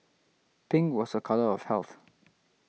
pink was a colour of health